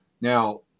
Now